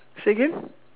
say again